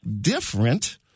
different